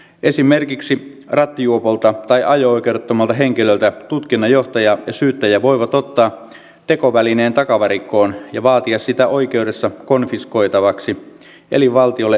esimerkiksi rattijuopolta tai ajo oikeudettomalta henkilöltä tutkinnanjohtaja ja syyttäjä voivat ottaa tekovälineen takavarikkoon ja vaatia sitä oikeudessa konfiskoitavaksi eli valtiolle menetettäväksi